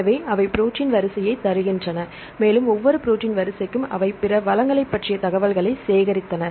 எனவே அவை ப்ரோடீன் வரிசையைத் தருகின்றன மேலும் ஒவ்வொரு ப்ரோடீன் வரிசைக்கும் அவை பிற வளங்களைப் பற்றிய தகவல்களைச் சேர்த்தன